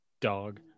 dog